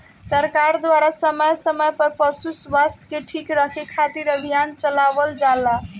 सरकार द्वारा समय समय पर पशु स्वास्थ्य के ठीक रखे खातिर अभियान चलावल जाला